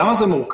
למה זה מורכב?